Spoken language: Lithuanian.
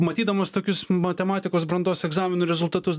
matydamas tokius matematikos brandos egzaminų rezultatus